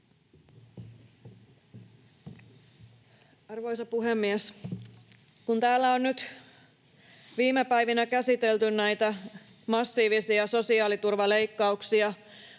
Arvoisa puhemies! Kun täällä on nyt viime päivinä käsitelty näitä massiivisia sosiaaliturvaleikkauksia,